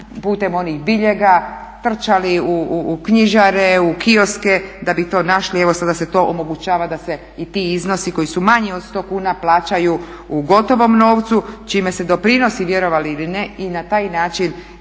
putem onih biljega trčali u knjižare, u kioske da bi to našli. Evo sada se to omogućava da se i ti iznosi koji su manji od 100 kuna plaćaju u gotovom novcu čime se doprinosi vjerovali ili ne i na taj način